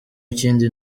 ikindi